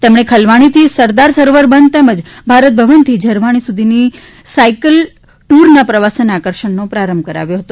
તેમણે ખલવાણીથી સરદાર સરોવર બંધ તેમજ ભારત ભવનથી ઝરવાણી સુધીની સાઇકલ ટુરના પ્રવાસન આકર્ષણનો પ્રારંભ કરાવ્યા છે